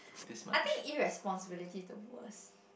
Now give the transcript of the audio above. I think irresponsibility the worst